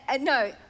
no